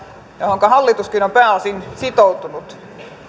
johonka hallituskin on pääosin sitoutunut